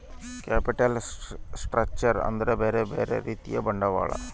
capital structure ಅಂದ್ರ ಬ್ಯೆರೆ ಬ್ಯೆರೆ ರೀತಿಯ ಬಂಡವಾಳ